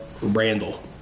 Randall